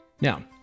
Now